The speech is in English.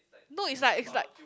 no it's like it's like